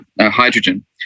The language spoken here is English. hydrogen